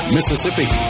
Mississippi